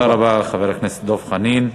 תודה רבה לחבר הכנסת דב חנין.